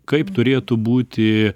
kaip turėtų būti